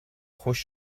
خوش